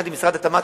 יחד עם משרד התמ"ת,